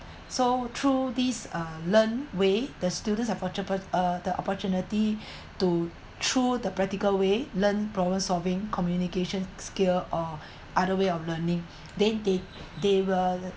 so through this uh learned way the students opport~ uh the opportunity to through the practical way learn problem solving communication skill or other way of learning they they they will